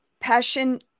passion